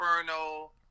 Inferno